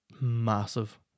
massive